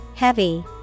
Heavy